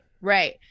right